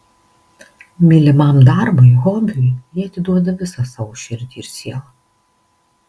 mylimam darbui hobiui jie atiduoda visą savo širdį ir sielą